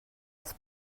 els